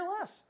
less